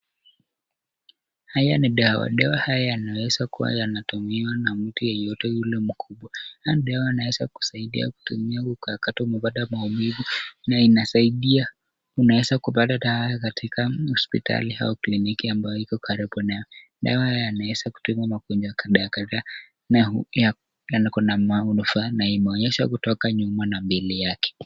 Haya ni dawa, dawa haya yanaweza kuwa yanatumiwa na mtu yeyote yule mkubwa haya dawa yanaweza kusaidia kutumia wakati umepata maumivu na inasaidia, unaweza kupata dawa katika hosiptali au kliniki ambayo iko karibu nawe. Dawa haya yanaweza kutibu magonjwa kadhaa kadhaa na iko na manufaa na imeonyeshwa kutoka nyuma na mbele yake.